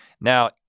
Now